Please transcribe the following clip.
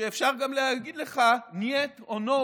שאפשר גם להגיד לך נייט, או no,